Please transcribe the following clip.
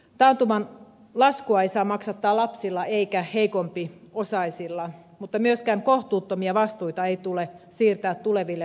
taantuman laskua ei saa maksattaa lapsilla eikä heikompiosaisilla mutta myöskään kohtuuttomia vastuita ei tule siirtää tuleville sukupolville